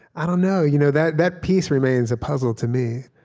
i don't know, you know that that piece remains a puzzle to me.